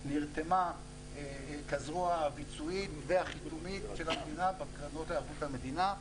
נרתמה כזרוע הביצועית והחיתומית של המדינה בקרנות בערבות המדינה.